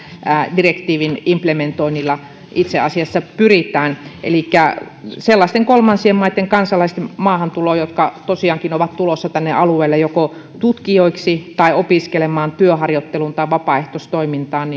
direktiivin implementoinnilla itse asiassa pyritään elikkä tämä nimenomaan helpottaa sellaisten kolmansien maitten kansalaisten maahantuloa jotka tosiaankin ovat tulossa tänne alueelle joko tutkijoiksi tai opiskelemaan työharjoitteluun tai vapaaehtoistoimintaan